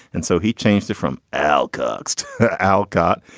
and so he changed it from al, coaxed alcott.